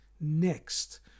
next